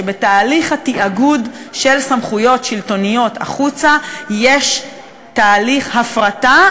שבתהליך התאגוד של סמכויות שלטוניות החוצה יש תהליך הפרטה,